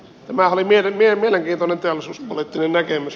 tämähän oli mielenkiintoinen teollisuuspoliittinen näkemys